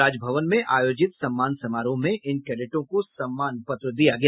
राजभवन में आयोजित सम्मान समारोह में इन कैडेटों को सम्मान पत्र दिया गया